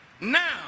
Now